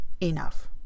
enough